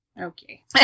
Okay